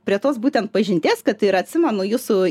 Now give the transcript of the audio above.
prie tos būtent pažinties kad ir atsimenu jūsų